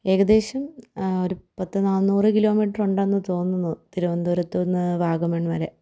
ഏകദേശം ഒരു പത്ത്നാനൂറ് കിലോമീറ്ററുണ്ടെന്നു തോന്നുന്നു തിരുവനന്തപുരത്ത്നിന്ന് വാഗമൺ വരെ